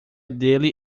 dele